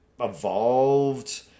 evolved